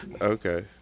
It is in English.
Okay